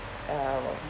um